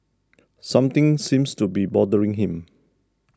something seems to be bothering him